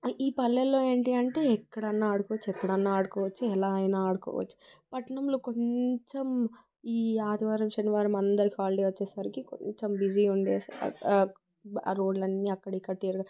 ఈ పల్లెల్లో ఏంటి అంటే ఎక్కడన్నా ఆడుకోవచ్చు ఎప్పుడన్నా ఆడుకోవచ్చు ఎలా అయినా ఆడుకోవచ్చు పట్నంలో కొంచెం ఈ ఆదివారం శనివారం అందరికీ హాలిడే వచ్చేసరికి కొంచెం బిజీ ఉండే రోడ్లన్నీ అక్కడ ఇక్కడ తిరగ